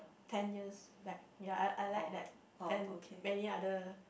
ten years back ya I I like that and many other